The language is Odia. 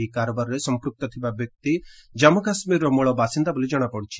ଏହି କାରବାରରେ ସମ୍ପୁକ୍ତ ଥିବା ବ୍ୟକ୍ତି ଜାମ୍ମୁ କାଶ୍ମୀରର ମୂଳବାସିନ୍ଦା ବୋଲି କଶାପଡିଛି